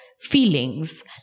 feelings